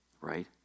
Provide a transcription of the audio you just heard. right